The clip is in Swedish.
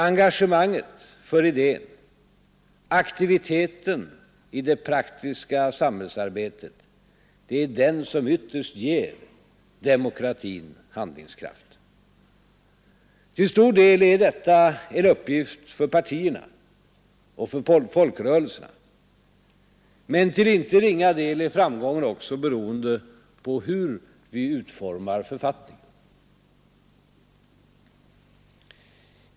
Engagemanget för idén, aktiviteten i det praktiska samhällsarbetet — det är vad som ytterst ger demokratin handlingskraft. Till stor men till inte del är detta en uppgift för partierna och för folkrörelserna ringa del är framgången också beroende på hur vi utformar författningen.